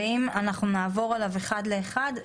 נעבור עליו אחד לאחד,